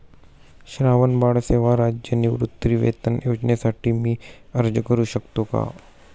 श्रावणबाळ सेवा राज्य निवृत्तीवेतन योजनेसाठी मी अर्ज करू शकतो का?